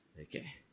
Okay